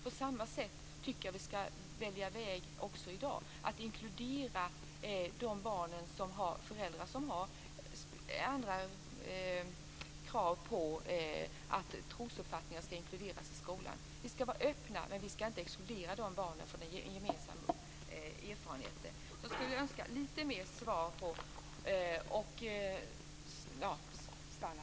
På samma sätt tycker jag att vi ska välja väg också i dag: att inkludera de barn som har föräldrar som har andra krav på att trosuppfattningar ska inkluderas i skolan. Vi ska vara öppna, men vi ska inte exkludera de barnen från gemensamma erfarenheter. Jag skulle önska lite mer svar på detta.